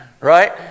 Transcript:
Right